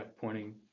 pointing